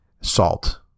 Salt